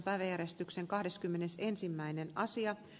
asian käsittely keskeytetään